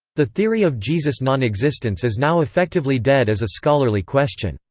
the theory of jesus' nonexistence is now effectively dead as a scholarly question.